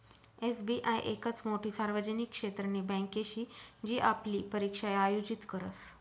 SBI येकच मोठी सार्वजनिक क्षेत्रनी बँके शे जी आपली परीक्षा आयोजित करस